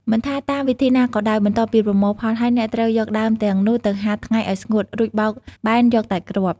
មិនថាតាមវិធីណាក៏ដោយ បន្ទាប់ពីប្រមូលផលហើយ អ្នកត្រូវយកដើមទាំងនោះទៅហាលថ្ងៃឲ្យស្ងួត រួចបោកបែនយកតែគ្រាប់។